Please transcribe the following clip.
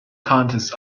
contests